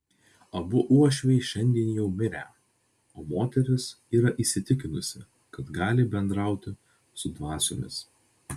abu uošviai šiandien jau mirę o moteris yra įsitikinusi kad gali bendrauti su dvasiomis